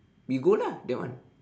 we go lah that one